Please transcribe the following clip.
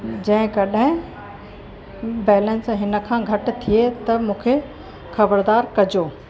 जंहिं कॾहिं बैलेंस हिन खां घटि थिए त मूंखे ख़बरदारु कजो